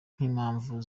nk’impamvu